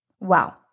Wow